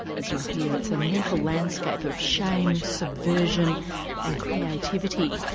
as you'll hear, it's a mental landscape of shame, subversion and creativity.